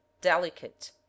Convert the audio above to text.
delicate